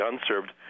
unserved